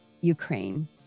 Ukraine